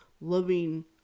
loving